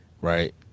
Right